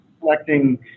collecting